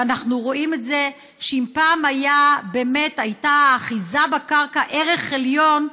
ואנחנו רואים את זה שאם פעם האחיזה בקרקע הייתה ערך עליון,